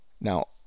now